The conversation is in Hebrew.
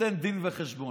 נותן דין וחשבון.